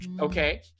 Okay